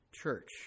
church